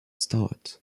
starts